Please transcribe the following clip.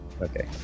Okay